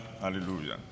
hallelujah